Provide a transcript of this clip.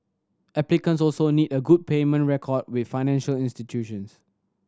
applicants also need a good payment record with financial institutions